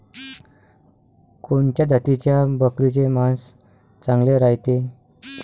कोनच्या जातीच्या बकरीचे मांस चांगले रायते?